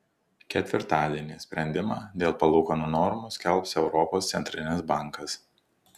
ketvirtadienį sprendimą dėl palūkanų normų skelbs europos centrinis bankas